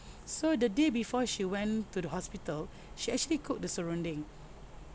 so the day before she went to the hospital she actually cooked the serundeng